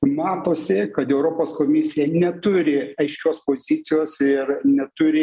matosi kad europos komisija neturi aiškios pozicijos ir neturi